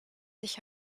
sich